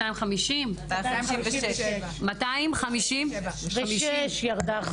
250. 257. 256. ירדה אחת.